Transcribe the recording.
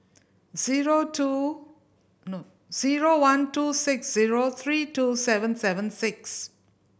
zero two zero one two six zero three two seven seven six